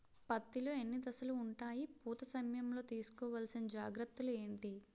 పత్తి లో ఎన్ని దశలు ఉంటాయి? పూత సమయం లో తీసుకోవల్సిన జాగ్రత్తలు ఏంటి?